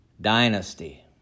Dynasty